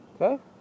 Okay